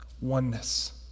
oneness